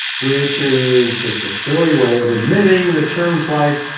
which is just a silly way of admitting the terms like,